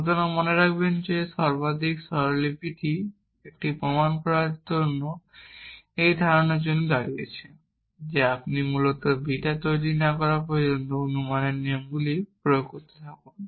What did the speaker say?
সুতরাং মনে রাখবেন যে এই সর্বাধিক স্বরলিপিটি একটি প্রমাণ তৈরি করার এই ধারণার জন্য দাঁড়িয়েছে যে আপনি মূলত বিটা তৈরি না করা পর্যন্ত অনুমানের নিয়মগুলিতে প্রয়োগ করতে থাকুন